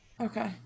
Okay